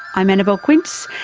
i'm annabelle quince,